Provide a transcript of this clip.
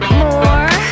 more